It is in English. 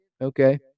okay